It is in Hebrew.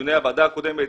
לדיוני הוועדה הקודמת,